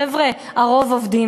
חבר'ה, הרוב עובדים.